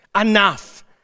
Enough